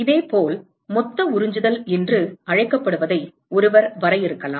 இதேபோல் மொத்த உறிஞ்சுதல் என்று அழைக்கப்படுவதை ஒருவர் வரையறுக்கலாம்